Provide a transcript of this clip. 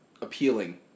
appealing